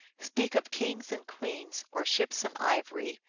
speak of kings and queens or ships and ivory,